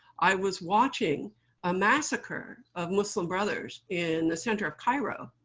i was watching a massacre of muslim brothers in the center of cairo,